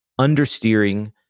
understeering